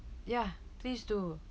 ya please do